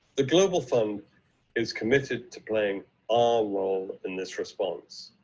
the global fund is committed to playing our role in this response.